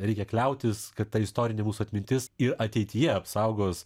reikia kliautis kad ta istorinė mūsų atmintis ir ateityje apsaugos